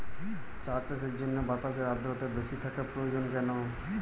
চা চাষের জন্য বাতাসে আর্দ্রতা বেশি থাকা প্রয়োজন কেন?